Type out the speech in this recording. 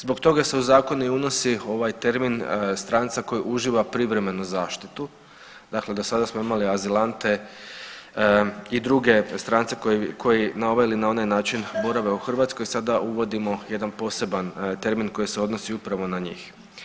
Zbog toga se u zakon i unosi ovaj termin stranca koji uživa privremenu zaštitu, dakle do sada smo imali azilante i druge strance koji na ovaj ili na onaj način borave u Hrvatskoj, sada uvodimo jedan poseban termin koji se odnosi upravo na njih.